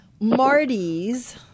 Marty's